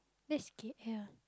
that's K_L